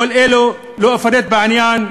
לא אפרט בעניין,